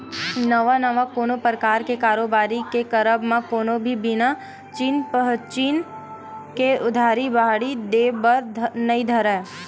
नवा नवा कोनो परकार के कारोबारी के करब म कोनो भी बिना चिन पहिचान के उधारी बाड़ही देय बर नइ धरय